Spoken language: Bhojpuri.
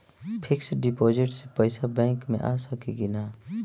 फिक्स डिपाँजिट से पैसा बैक मे आ सकी कि ना?